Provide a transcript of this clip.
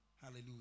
Hallelujah